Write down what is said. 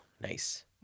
nice